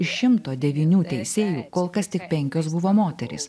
iš timto devynių teisėjų kol kas tik penkios buvo moterys